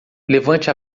levante